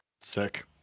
sick